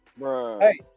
hey